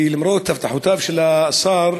ולמרות הבטחותיו של השר